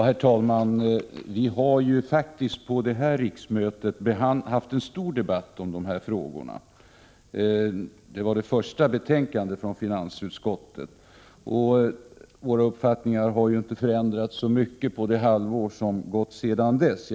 Herr talman! Vid det här riksmötet har vi haft en stor debatt om dessa frågor. Det var i anslutning till det första betänkandet från finansutskottet. Våra uppfattningar har inte förändrats så mycket på det halvår som gått sedan dess.